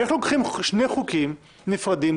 איך לוקחים שני חוקים נפרדים,